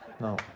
No